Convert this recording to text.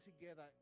together